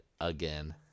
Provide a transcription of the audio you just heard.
again